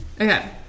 okay